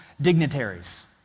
dignitaries